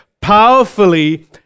powerfully